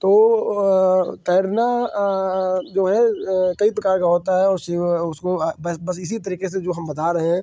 तो तैरना जो है कई प्रकार का होता है और सिव उसको बस बस इसी तरीके से जो हम बता रहे हैं